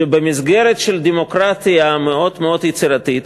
שבמסגרת של דמוקרטיה מאוד מאוד יצירתית,